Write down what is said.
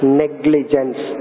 negligence